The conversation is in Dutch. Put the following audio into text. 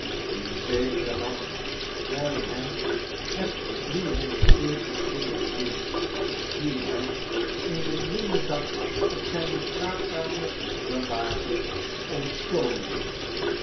in zekeren nacht werden hem echter driehonderd zeven en twintig guinjes die hij in een linnen zak op zijne slaapkamer bewaarde ontstolen